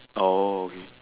oh okay